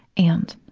and,